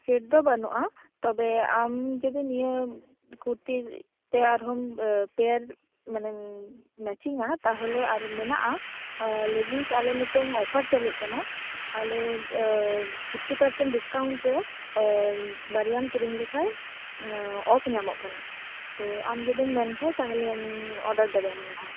set ᱫᱚ ᱵᱟᱱᱩᱜᱼᱟ ᱛᱚᱵᱮ ᱟᱢ ᱡᱩᱫᱤ ᱱᱤᱭᱟᱹ ᱠᱩᱨᱛᱤ ᱛᱮ ᱟᱨ ᱦᱚᱸᱢ ᱯᱮᱸᱴ ᱢᱟᱱᱮ ᱢᱮᱪᱤᱝ ᱟ ᱛᱟᱦᱞᱮ ᱟᱨ ᱢᱮᱱᱟᱜᱼᱟ ᱞᱮᱜᱤᱱᱥ ᱟᱞᱮ ᱱᱤᱛᱚᱝ ᱚᱯᱷᱟᱨ ᱪᱟᱹᱞᱩᱜ ᱠᱟᱱᱟ ᱟᱞᱮᱯᱷᱤᱯᱴᱤ ᱯᱟᱨᱥᱮᱱ ᱰᱤᱥᱠᱟᱣᱩᱸᱰ ᱨᱮ ᱵᱟᱨᱭᱟᱢ ᱠᱤᱨᱤᱧ ᱞᱮᱠᱷᱟᱱ ᱚᱯᱷ ᱧᱟᱢᱚᱜ ᱠᱟᱱᱟ ᱛᱚ ᱟᱢ ᱡᱩᱫᱤᱢ ᱢᱮᱱ ᱠᱷᱟᱱ ᱛᱟᱦᱞᱮᱢ ᱚᱰᱟᱨ ᱫᱟᱲᱮᱭᱟᱜᱼᱟ ᱢᱚᱱᱮ ᱦᱚᱭ